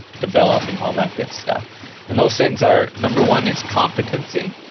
develop and all that good stuff and those things are, number one is competency.